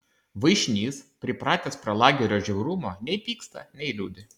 vaišnys pripratęs prie lagerio žiaurumo nei pyksta nei liūdi